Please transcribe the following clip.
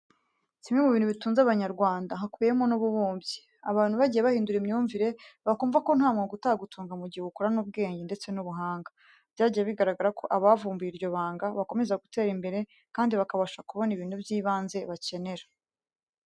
Kimwe mu bintu bitunze Abanyarwanda, hakubiyemo n'ububumbyi. Abantu bagiye bahindura imyumvire bakumva ko nta mwuga utagutunga mu gihe uwukorana ubwenge ndetse n'ubuhanga. Byagiye bigaragara ko abavumbuye iryo banga bakomeza gutera imbere, kandi bakabasha kubona ibintu by'ibanze bakenera.